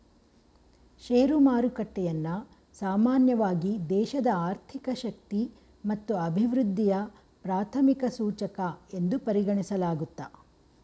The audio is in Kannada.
ಶೇರು ಮಾರುಕಟ್ಟೆಯನ್ನ ಸಾಮಾನ್ಯವಾಗಿ ದೇಶದ ಆರ್ಥಿಕ ಶಕ್ತಿ ಮತ್ತು ಅಭಿವೃದ್ಧಿಯ ಪ್ರಾಥಮಿಕ ಸೂಚಕ ಎಂದು ಪರಿಗಣಿಸಲಾಗುತ್ತೆ